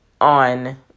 on